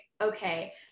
okay